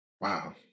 wow